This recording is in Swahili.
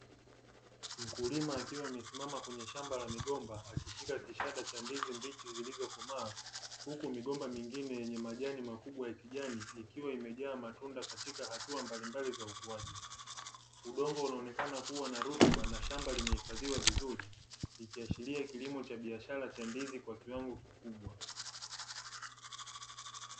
Mkulima akiwa amesimama kwenye shamba la migomba, akishika kishada cha ndizi mbichi zilizokomaa, huku migomba mingine yenye majani makubwa ya kijani ikiwa imejaa matunda katika hatua mbalimbali za ukuaji. Udongo unaonekana kuwa na rutuba na shamba limehifadhiwa vizuri, ikiashiria ni kilimo cha biashara cha ndizi kwa kiwango kikubwa .